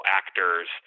actors